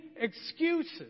excuses